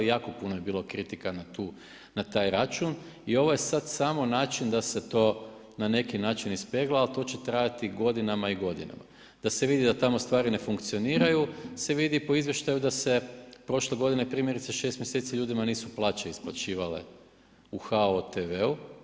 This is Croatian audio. Jako puno je bilo kritika na taj račun i ovo je sad samo način da se to na neki način ispegla ali to će trajati godinama i godinama, da se vidi da tamo stvari ne funkcioniraju, se vidi po izvještaju da se prošle godine, primjerice, 6 mj. ljudima nisu plaće isplaćivale u HOTV-u.